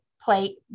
play